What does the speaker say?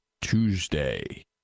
Tuesday